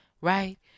right